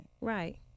Right